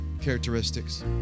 characteristics